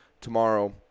tomorrow